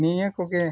ᱱᱤᱭᱟᱹ ᱠᱚᱜᱮ